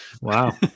wow